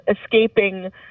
escaping